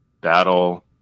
Battle